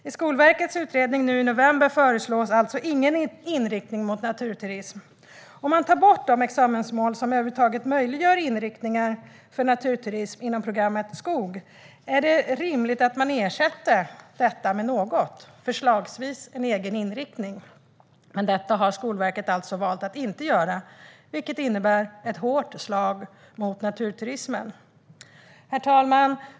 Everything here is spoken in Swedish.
I Skolverkets utredning från november föreslås alltså ingen inriktning mot naturturism. Om man tar bort de examensmål som över huvud taget möjliggör inriktningar för naturturism inom programmet Skog är det rimligt att man ersätter det med något, förslagsvis en egen inriktning. Men detta har Skolverket valt att inte göra, vilket innebär ett hårt slag mot naturturismen. Herr talman!